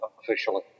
officially